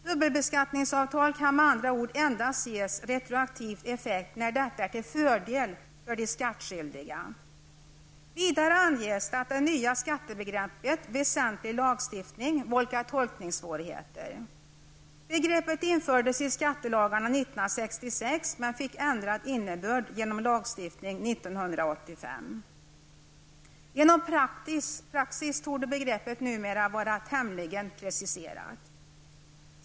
Dubbelbeskattningsavtal kan med andra ord endast ges retroaktiv effekt när detta är till fördel för de skattskyldiga. Vidare anges att det nya skattebegreppet ''väsentlig lagstiftning'' vållar tolkningssvårigheter. Begreppet infördes i skattelagarna 1966 men fick ändrad innebörd genom lagstiftning 1985. Genom praxis torde begreppet numera vara tämligen preciserat.